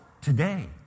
today